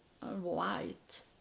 white